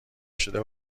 شده